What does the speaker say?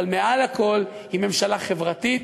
אבל מעל הכול היא ממשלה חברתית,